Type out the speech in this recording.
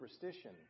superstition